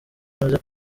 amaze